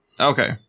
Okay